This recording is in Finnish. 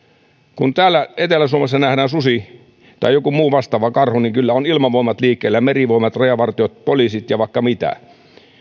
kun täällä etelä suomessa nähdään susi tai joku muu vastaava karhu niin kyllä ovat ilmavoimat liikkeellä merivoimat rajavartiot poliisit ja vaikka mitkä